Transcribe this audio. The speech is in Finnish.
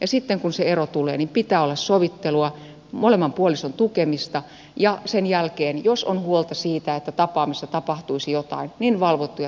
ja sitten kun se ero tulee pitää olla sovittelua molemman puolison tukemista ja sen jälkeen jos on huolta siitä että tapaamisissa tapahtuisi jotain valvottuja tapaamisia